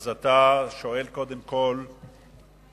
אתה שואל קודם כול למה,